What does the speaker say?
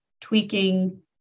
tweaking